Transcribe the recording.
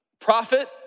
prophet